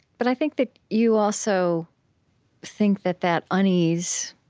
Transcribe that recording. but i think that you also think that that unease